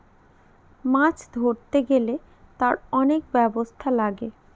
মাছ ধরতে গেলে তার অনেক ব্যবস্থা লাগে